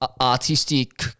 artistic